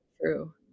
true